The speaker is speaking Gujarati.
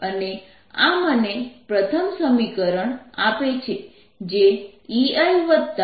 અને આ મને પ્રથમ સમીકરણ આપે છે જે EIERET છે